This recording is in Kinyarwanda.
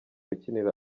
ukinira